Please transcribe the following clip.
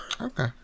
Okay